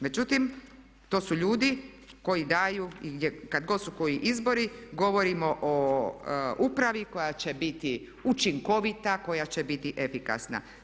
Međutim, to su ljudi koji daju i kad god su koji izbori govorimo o upravi koja će biti učinkovita, koja će biti efikasna.